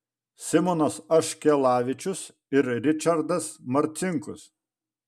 simonas aškelavičius ir ričardas marcinkus